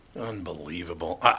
Unbelievable